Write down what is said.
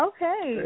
Okay